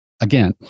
again